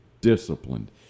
disciplined